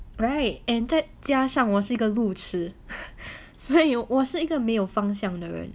right and 再加上我是一个路痴所以我是一个没有方向的人